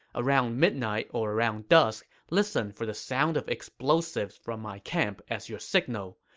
around midnight or around dusk, listen for the sound of explosive from my camp as your signal.